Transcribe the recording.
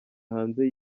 hanze